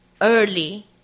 early